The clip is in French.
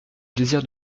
plaisir